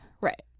Right